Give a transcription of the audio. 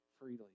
freely